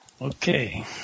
Okay